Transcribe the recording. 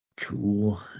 Cool